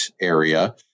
area